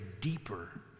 deeper